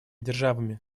державами